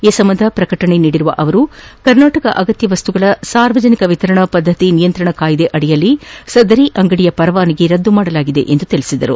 ಈ ಸಂಬಂಧ ಪ್ರಕಟಣೆ ನೀಡಿರುವ ಅವರು ಕರ್ನಾಟಕ ಅಗತ್ಯ ವಸ್ತುಗಳ ಸಾರ್ವಜನಿಕ ವಿತರಣಾ ಪದ್ದತಿ ನಿಯಂತ್ರಣ ಕಾಯುದೆ ಅಡಿಯಲ್ಲಿ ಸದರಿ ಅಂಗಡಿಯ ಪರವಾನಗಿ ರದ್ದುಪಡಿಸಲಾಗಿದೆ ಅವರು ಹೇಳದ್ದಾರೆ